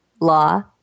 Law